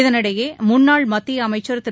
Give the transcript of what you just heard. இதனிடையே முன்னாள் மத்திய அமைச்சர் திரு